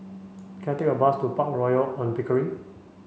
can I take a bus to Park Royal On Pickering